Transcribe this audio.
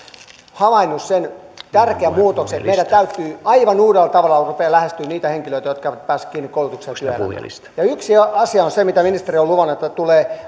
havainnut sen tärkeän muutoksen meidän täytyy aivan uudella tavalla ruveta lähestymään niitä henkilöitä jotka eivät pääse kiinni koulutukseen ja työelämään yksi asia on se mitä ministeriö on luvannut että tulee